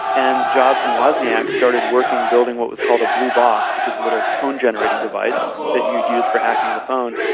and jobs and wozniak started working building what was called a blue box, which was a little tone generating device that you'd use for hacking the phone,